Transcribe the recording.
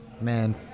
man